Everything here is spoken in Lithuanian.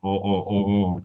o o o o